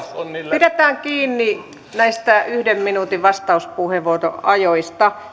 pidetään kiinni näistä yhden minuutin vastauspuheenvuoroajoista